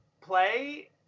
play